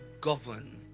govern